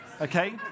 Okay